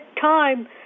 time